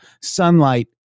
Sunlight